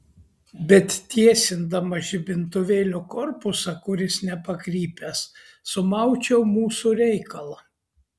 bet tiesindamas žibintuvėlio korpusą kuris nepakrypęs sumaučiau mūsų reikalą